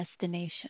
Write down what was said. destination